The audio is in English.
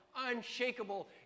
Unshakable